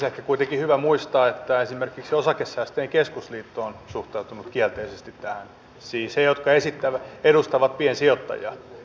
ehkä kuitenkin on hyvä muistaa kun valtiovarainministeri kertoi tässä näistä hyödyistä että esimerkiksi osakesäästäjien keskusliitto on suhtautunut kielteisesti tähän siis he jotka edustavat piensijoittajia